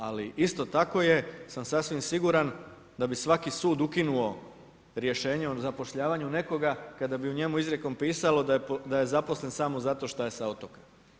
Ali isto tako je, sam sasvim siguran da bi svaki sud ukinuo rješenje o zapošljavanju nekoga kada bi u njemu izrijekom pisalo da je zaposlen samo zato što je sa otoka.